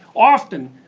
often,